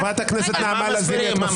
חברת הכנסת נעמה לזימי, את מפריעה.